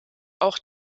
auch